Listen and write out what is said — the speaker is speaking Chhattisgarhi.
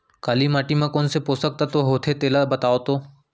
काली माटी म कोन से पोसक तत्व होथे तेला बताओ तो?